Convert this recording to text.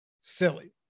Silly